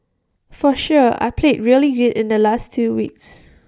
for sure I played really good in the last two weeks